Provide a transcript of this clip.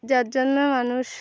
যার জন্য মানুষ